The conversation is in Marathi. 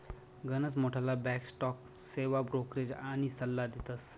गनच मोठ्ठला बॅक स्टॉक सेवा ब्रोकरेज आनी सल्ला देतस